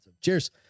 Cheers